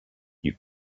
you